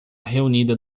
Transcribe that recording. reunida